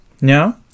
No